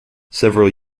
several